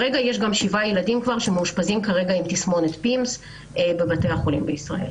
יש 7 ילדים שמאושפזים עם תסמונת פימס בבתי החולים בישראל.